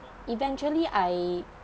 eventually I